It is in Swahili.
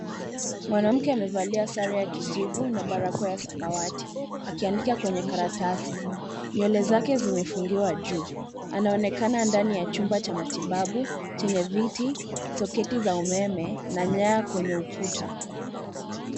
Mwanamke amevalia sare ya kijivu na barakoa ya samawati akiandika kwenye karatasi. Nywele zake zimefungiwa juu. Anaonekana ndani ya chumba cha matibabu chenye viti, soketi za umeme na nyaya kwenye ukuta.